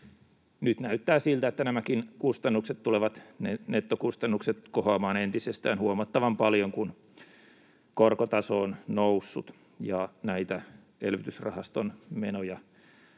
Nyt näyttää siltä, että nämäkin nettokustannukset tulevat kohoamaan entisestään huomattavan paljon, kun korkotaso on noussut ja näitä elvytysrahaston menoja